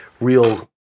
real